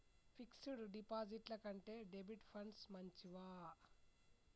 Fix డ్ డిపాజిట్ల కంటే డెబిట్ ఫండ్స్ మంచివా?